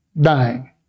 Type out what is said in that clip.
dying